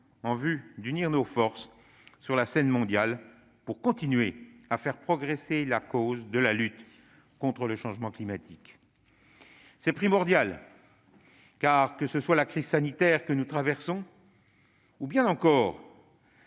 en vue d'unir nos forces sur la scène mondiale pour continuer à faire progresser la cause de la lutte contre le changement climatique. Cela est primordial, car, qu'il s'agisse de la crise sanitaire que nous traversons ou de la